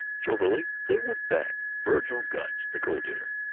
jovially they whooped back vergil gunch, the coal-dealer,